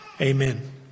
Amen